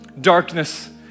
darkness